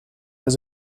was